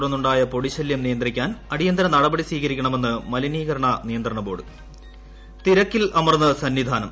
തുടർന്നുണ്ടായ പൊടിശല്യം നിയന്ത്രിക്കാൻ അടിയന്തര നടപടി സ്ഥീകരിക്കണമെന്ന് മലിനീകരണ നിയന്ത്രണ ബോർഡ് റി തിരക്കിൽ അമർന്നു് സ്ന്നിധാനം